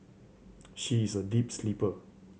she is a deep sleeper